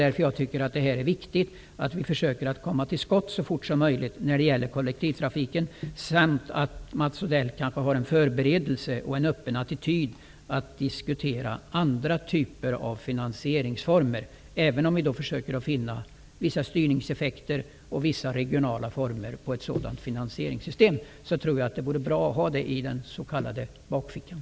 Därför tycker jag att det är viktigt att vi försöker att komma till skott så fort som möjligt när det gäller kollektivtrafiken samt att Mats Odell kanske har en förberedelse och en öppen attityd beträffande diskussioner om andra typer av finansieringsformer. Även om vi försöker att finna vissa styrningseffekter och vissa regionala former i fråga om ett sådant finansieringssystem tror jag att det vore bra att ha vad jag tidigare nämnt så att säga i bakfickan.